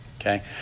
Okay